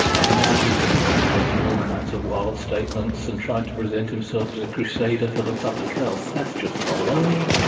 and now he's going around making all kinds of wild statements and trying to present himself as a crusader for the public health. that's just baloney.